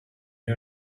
who